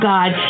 God